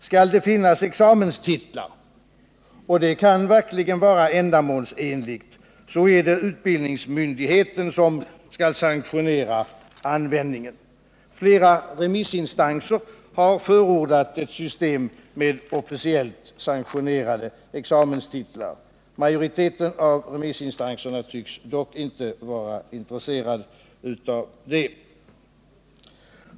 Skall det finnas examenstitlar — och det kan verkligen vara ändamålsenligt — så är det utbildningsmyndigheten som skall sanktionera användningen. Flera remissinstanser har förordat ett system med officiellt sanktionerade examenstitlar. Majoriteten av remissinstanserna tycks dock inte vara intresserad av det.